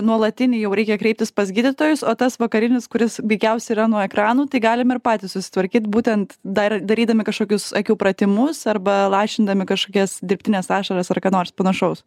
nuolatinį jau reikia kreiptis pas gydytojus o tas vakarinis kuris veikiausiai yra nuo ekranų tai galime ir patys susitvarkyt būtent dar darydami kažkokius akių pratimus arba lašindami kažkokias dirbtines ašaras ar ką nors panašaus